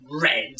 red